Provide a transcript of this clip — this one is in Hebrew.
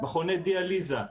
מכוני דיאליזה,